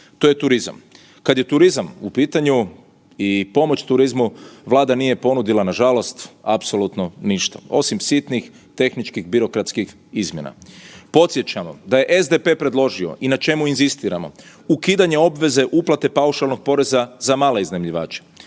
to je turizam. Kad je turizam u pitanju i pomoć turizmu Vlada nije ponudila nažalost apsolutno ništa osim sitnih tehničkih, birokratskih izmjena. Podsjećam da je SDP predložio i na čemu inzistiramo ukidanje obveze uplate paušalnog poreza za male iznajmljivače.